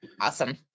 Awesome